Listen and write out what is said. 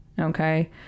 Okay